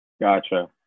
Gotcha